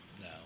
No